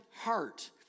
heart